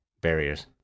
barriers